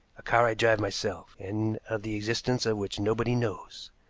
a car i drive myself, and of the existence of which nobody knows.